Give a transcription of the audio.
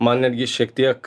man netgi šiek tiek